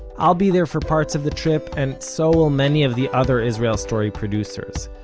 i'll be there for parts of the trip, and so will many of the other israel story producers.